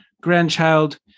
grandchild